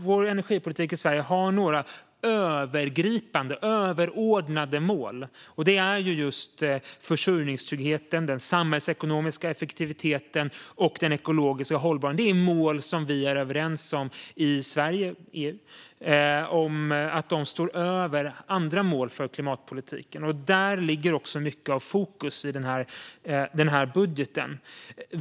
Vår energipolitik i Sverige har några övergripande och överordnade mål, och de är just försörjningstryggheten, den samhällsekonomiska effektiviteten och den ekologiska hållbarheten. Det är mål som vi är överens om, i Sverige och EU, och att de står över andra mål för klimatpolitiken. Där ligger också mycket av fokus i den här budgeten.